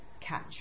catch